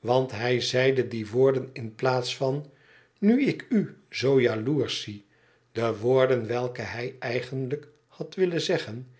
want hij zeide die woorden in plaats van nu ik u zoo jaloersch zie de woorden welke hij eigenlijk had willen zeggen